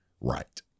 right